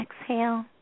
exhale